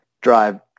drive